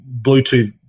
Bluetooth